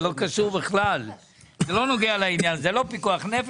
זה לא נוגע לעניין פיקוח נפש.